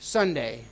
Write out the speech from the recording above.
Sunday